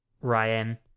Ryan